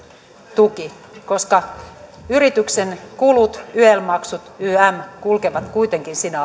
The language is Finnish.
tuki koska yrityksen kulut yel maksut ynnä muuta kulkevat kuitenkin sinä